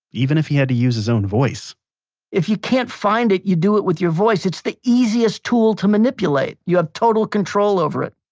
even if he had to use his own voice if you can't find it, you do it with your voice. it's the easiest tool to manipulate. you have total control over it.